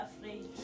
afraid